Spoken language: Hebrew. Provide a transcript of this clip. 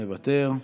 מוותר.